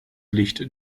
licht